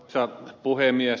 arvoisa puhemies